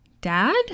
Dad